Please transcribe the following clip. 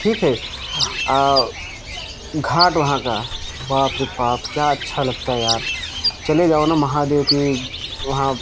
ठीक है घाट वहाँ का बाप रे बाप क्या अच्छा लगता है यार चले जाओ ना महादेव की वहाँ